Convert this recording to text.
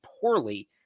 poorly